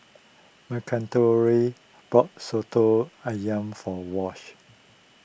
bought Soto Ayam for Wash